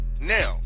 now